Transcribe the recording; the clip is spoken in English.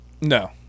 No